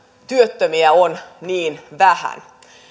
työttömiä on niin vähän